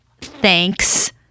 thanks